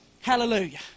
Hallelujah